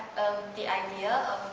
of the idea